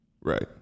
right